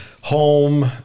home